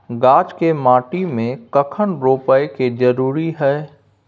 गाछ के माटी में कखन रोपय के जरुरी हय?